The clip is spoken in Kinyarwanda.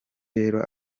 rero